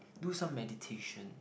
do some meditation